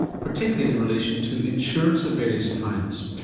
particularly in relation to insurance of various kinds.